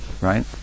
right